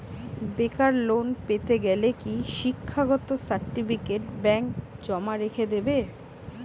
বেকার লোন পেতে গেলে কি শিক্ষাগত সার্টিফিকেট ব্যাঙ্ক জমা রেখে দেবে?